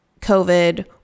COVID